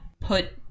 put